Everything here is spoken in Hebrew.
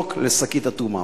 ולזרוק לשקית אטומה".